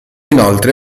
inoltre